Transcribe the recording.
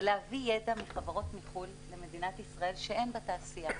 זה להביא ידע מחברות בחו"ל למדינת ישראל שאין בתעשייה,